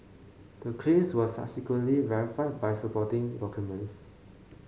the claims were subsequently verified by supporting documents